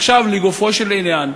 עכשיו, לגופו של עניין,